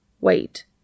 Wait